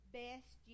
best